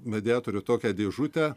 mediatorių tokią dėžutę